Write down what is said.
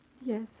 Yes